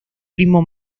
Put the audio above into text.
primo